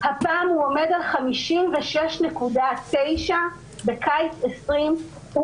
והפעם הוא עומד על 56.9. בקיץ 2020 הוא